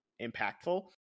impactful